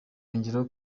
yongeyeho